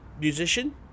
musician